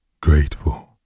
Grateful